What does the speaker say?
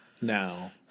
Now